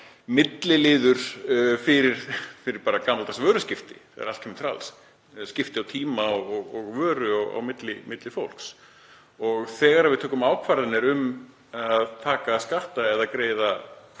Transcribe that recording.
milliliður fyrir gamaldags vöruskipti þegar allt kemur til alls, skipti á tíma og vöru á milli fólks. Þegar við tökum ákvarðanir um að taka skatta eða greiða